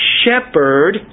shepherd